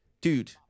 dude